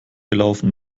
gelaufen